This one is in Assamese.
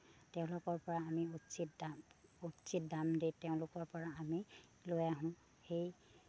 তেওঁলোকৰ পৰা আমি উচিত দাম উচিত দাম দিয়ে তেওঁলোকৰ পৰা আমি লৈ আহোঁ সেই